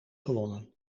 gewonnen